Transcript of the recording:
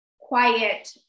quiet